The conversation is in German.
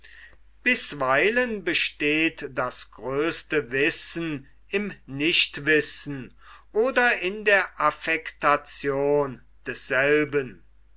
bisweilen besteht das größte wissen im nichtwissen oder in der affektation desselben